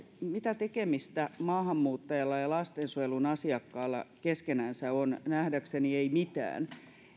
mitä tekemistä maahanmuuttajalla ja lastensuojelun asiakkaalla keskenänsä on nähdäkseni ei mitään